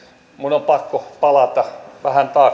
minun on pakko palata vähän